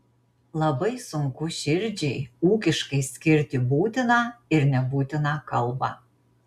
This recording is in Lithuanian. labai sunku širdžiai ūkiškai skirti būtiną ir nebūtiną kalbą